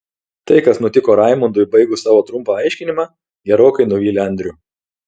tai kas nutiko raimundui baigus savo trumpą aiškinimą gerokai nuvylė andrių